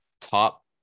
top